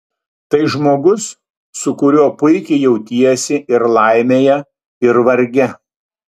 tai žmogus su kuriuo puikiai jautiesi ir laimėje ir varge